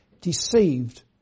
deceived